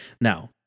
now